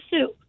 soup